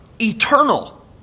Eternal